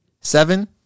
Seven